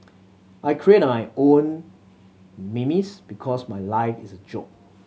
I create nine own memes because my life is a joke